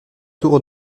tour